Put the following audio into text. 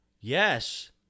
Yes